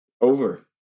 Over